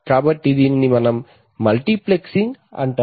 కాబట్టి దీనిని మల్టీప్లెక్సింగ్ అంటారు